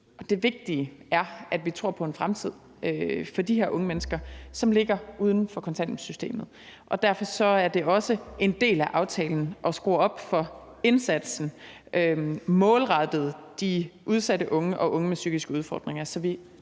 det vigtige er, at vi tror på en fremtid for de her unge mennesker, som ligger uden for kontanthjælpssystemet, og derfor er det også en del af aftalen at skrue op for indsatsen målrettet de udsatte unge og unge med psykiske udfordringer,